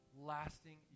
lasting